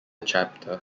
chapter